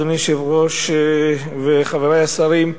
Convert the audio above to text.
אדוני היושב-ראש וחברי השרים,